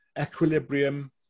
equilibrium